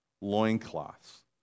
loincloths